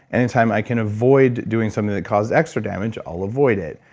anytime i can avoid doing something that causes extra damage, i'll avoid it.